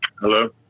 Hello